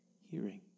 hearing